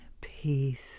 peace